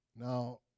Now